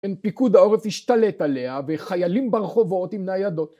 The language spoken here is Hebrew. פיקוד העורף השתלט עליה וחיילים ברחובות עם ניידות